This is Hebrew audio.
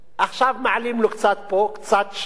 עכשיו מעלים לו קצת פה, קצת שם,